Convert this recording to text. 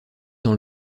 dans